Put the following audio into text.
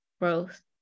growth